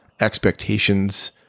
expectations